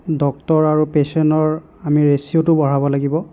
doctor আৰু পেইচেনৰ আমি ৰেচিঅ'টো বঢ়াব লাগিব